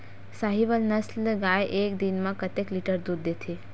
साहीवल नस्ल गाय एक दिन म कतेक लीटर दूध देथे?